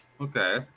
Okay